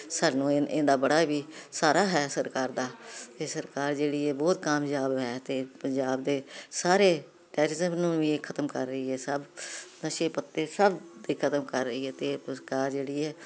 ਸਾਨੂੰ ਇਦਾ ਬੜਾ ਵੀ ਸਹਾਰਾ ਹੈ ਸਰਕਾਰ ਦਾ ਇਹ ਸਰਕਾਰ ਜਿਹੜੀ ਹ ਬਹੁਤ ਕਾਮਯਾਬ ਹੈ ਤੇ ਪੰਜਾਬ ਦੇ ਸਾਰੇ ਟੈਰੀਜ਼ਮ ਨੂੰ ਵੀ ਖਤਮ ਕਰ ਰਹੀ ਹੈ ਸਭ ਨਸ਼ੇ ਪੱਤੇ ਸਭ ਤੇ ਖਤਮ ਕਰ ਰਹੀ ਤੇ ਉਸਕਾ ਜਿਹੜੀ ਐ